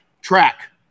Track